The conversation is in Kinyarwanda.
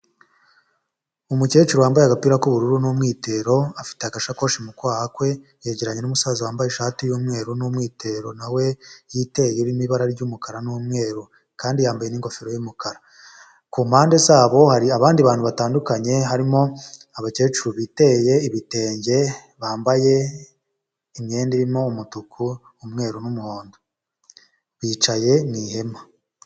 Umukecuru wambaye agapira k'ubururu n'umwitero, afite agashakoshi mu kwaha kwe. Yegeranye n'umusaza wambaye ishati y'umweru n'umwitero na we, yiteye urimo ibara ry'umukara n'umweru. Kandi yambaye n'ingofero y'umukara. Ku mpande zabo hari abandi bantu batandukanye, harimo abakecuru biteye ibitenge. Bambaye imyenda irimo umutuku, umweru, n'umuhondo, bicaye mu ihema.